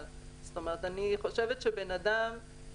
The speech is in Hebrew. אני חושבת שאם בן אדם